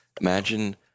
Imagine